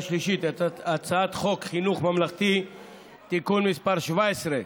שלישית את הצעת חוק חינוך ממלכתי (תיקון מס' 17),